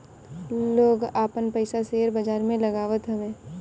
लोग आपन पईसा शेयर बाजार में लगावत हवे